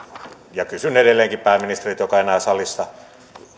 ja kysyn edelleenkin pääministeriltä joka ei enää ole salissa